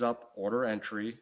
up order entry